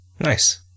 Nice